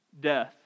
death